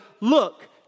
look